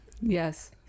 Yes